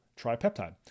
tripeptide